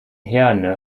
herne